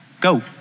Go